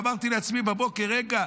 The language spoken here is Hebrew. אמרתי לעצמי בבוקר: רגע,